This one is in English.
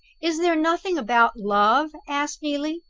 is there nothing about love? asked neelie.